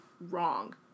wrong